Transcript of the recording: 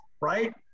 right